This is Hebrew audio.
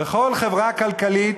בכל חברה כלכלית,